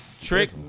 trick